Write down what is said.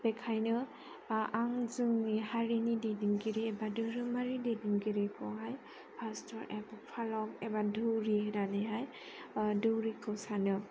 बेनिखायनो एबा आं जोंनि हारिनि दैदेनगिरि एबा धोरोमारि दैदेनगिरिखौहाय फास्थ'र एबा फालब एबा दौरि होन्नानैहाय दौरिखौ सानो